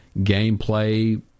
gameplay